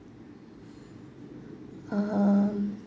uh